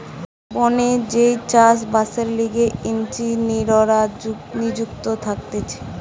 বনে যেই চাষ বাসের লিগে ইঞ্জিনীররা নিযুক্ত থাকতিছে